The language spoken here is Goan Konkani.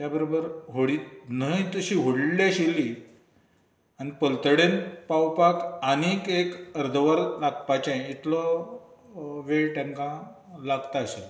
त्या बरबर व्होडी न्हंय तशी व्होडली आशिल्ली आनी पलतडेर पावपाक आनीक एक अर्दवर लागपाचें इतलो वेळ तेंका लागता आशिल्लो